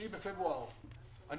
הוצאתי מכתב ב-9 בפברואר